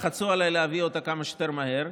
לחצו עליי להביא אותה כמה שיותר מהר,